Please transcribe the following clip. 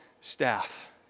staff